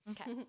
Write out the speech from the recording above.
Okay